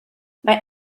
mae